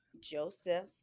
Joseph